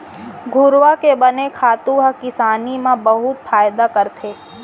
घुरूवा के बने खातू ह किसानी म बहुत फायदा करथे